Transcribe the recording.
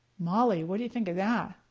molly what do you think of that?